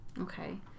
Okay